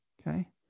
Okay